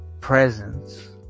presence